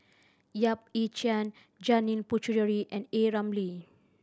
Yap Ee Chian Janil Puthucheary and A Ramli